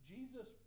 Jesus